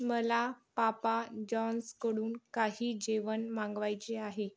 मला पापा जॉन्सकडून काही जेवण मागवायचे आहे